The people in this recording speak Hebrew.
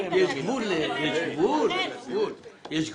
יש גבול, יש גבול,